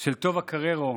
של טובה קררו,